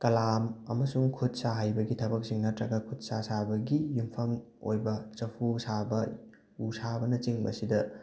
ꯀꯂꯥ ꯑꯃꯁꯨꯡ ꯈꯨꯠ ꯁꯥ ꯍꯩꯕꯒꯤ ꯊꯕꯛꯁꯤꯡ ꯅꯠꯇ꯭ꯔꯒ ꯈꯨꯠ ꯁꯥ ꯁꯥꯕꯒꯤ ꯌꯨꯝꯐꯝ ꯑꯣꯏꯕ ꯆꯐꯨ ꯁꯥꯕ ꯎ ꯁꯥꯕꯅꯆꯤꯡꯕꯁꯤꯗ